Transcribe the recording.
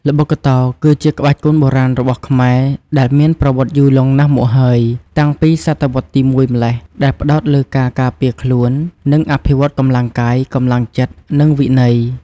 ល្បុក្កតោ គឺជាក្បាច់គុនបុរាណរបស់ខ្មែរ ដែលមានប្រវត្តិយូរលង់ណាស់មកហើយ តាំងពីសតវត្សរ៍ទី ១ ម្ល៉េះ ដែលផ្តោតលើការការពារខ្លួន និងអភិវឌ្ឍកម្លាំងកាយ កម្លាំងចិត្ត និងវិន័យ។